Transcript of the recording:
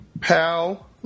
pal